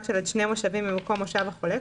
של עד שני מושבים ממקום מושב החולה,